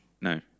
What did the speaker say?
No